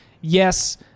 yes